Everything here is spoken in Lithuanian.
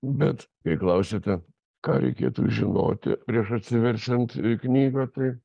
bet kai klausiate ką reikėtų žinoti prieš atsiverčiant knygą tai